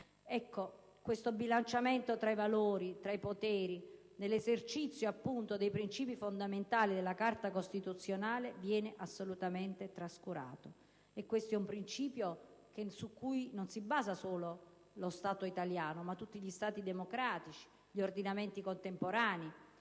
Ecco, questo bilanciamento tra i valori, tra i poteri nel rispetto dei principi fondamentali della Carta costituzionale viene assolutamente trascurato; e su tale principio non si basa solo lo Stato italiano, ma tutti gli Stati democratici, gli ordinamenti contemporanei.